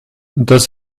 does